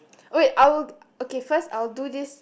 wait I will okay first I'll do this